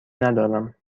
ندارم